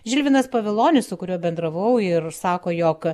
žilvinas pavilonis su kuriuo bendravau ir sako jog